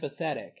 empathetic